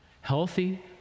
Healthy